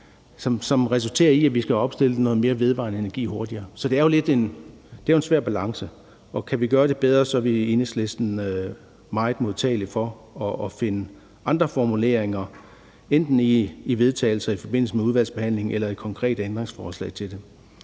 som resulterer i, at vi skal opstille nogle flere vedvarende energi-anlæg hurtigere. Så det er jo en svær balance, og kan vi gøre det bedre, er vi i Enhedslisten meget modtagelige for at finde andre formuleringer, enten i vedtagelser i forbindelse med udvalgsbehandlingen eller i konkrete ændringsforslag til det.